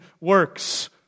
works